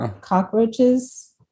cockroaches